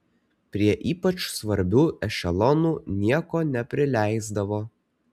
prie ypač svarbių ešelonų nieko neprileisdavo